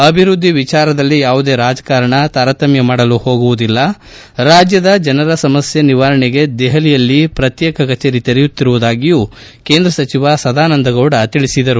ಅಭಿವೃದ್ದಿ ವಿಚಾರದಲ್ಲಿ ಯಾವುದೇ ರಾಜಕಾರಣ ತಾರತಮ್ಯ ಮಾಡಲು ಹೋಗುವುದಿಲ್ಲ ರಾಜ್ಯದ ಜನರ ಸಮಸ್ಯೆ ನಿವಾರಣೆಗೆ ದೆಹಲಿಯಲ್ಲಿ ಪ್ರತ್ಯೇಕ ಕಚೇರಿ ತೆರೆಯುತ್ತಿರುವುದಾಗಿಯೂ ಕೇಂದ್ರ ಸಚಿವ ಸದಾನಂದ ಗೌಡ ಹೇಳಿದರು